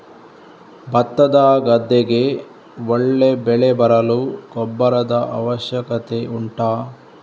ಭತ್ತದ ಗದ್ದೆಗೆ ಒಳ್ಳೆ ಬೆಳೆ ಬರಲು ಗೊಬ್ಬರದ ಅವಶ್ಯಕತೆ ಉಂಟಾ